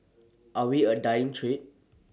are we A dying trade